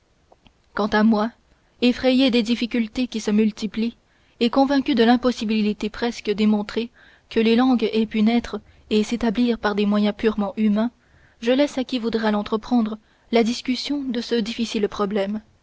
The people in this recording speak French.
quant à moi effrayé des difficultés qui se multiplient et convaincu de l'impossibilité presque démontrée que les langues aient pu naître et s'établir par des moyens purement humains je laisse à qui voudra l'entreprendre la discussion de ce difficile problème